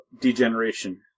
Degeneration